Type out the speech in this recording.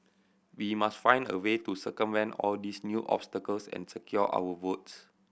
we must find a way to circumvent all these new obstacles and secure our votes